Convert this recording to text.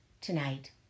tonight